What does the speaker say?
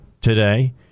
today